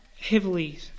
heavily